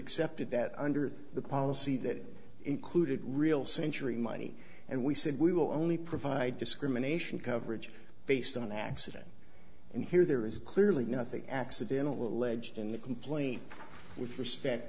accepted that under the policy that included real century money and we said we will only provide discrimination coverage based on accident and here there is clearly nothing accidental alleged in the complaint with respect